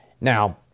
Now